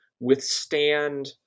withstand